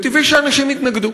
וטבעי שאנשים יתנגדו,